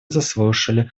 заслушали